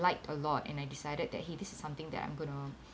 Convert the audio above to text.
like a lot and I decided that !hey! this is something that I'm going to